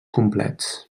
complets